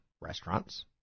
restaurants